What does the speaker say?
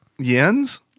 Yens